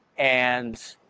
and,